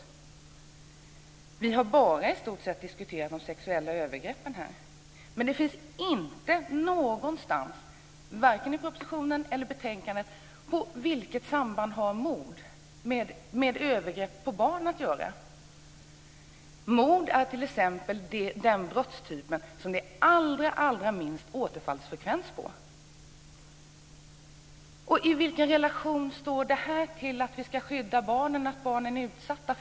Här har vi i stort sett bara diskuterat sexuella övergrepp. Men inte någonstans, vare sig i propositionen eller i betänkandet, finns det något sagt om vilket samband som finns mellan mord och övergrepp på barn. Mord t.ex. är den brottstyp där det är den allra minsta återfallsfrekvensen. I vilken relation står det här till detta med att skydda barnen och detta med att barnen är utsatta?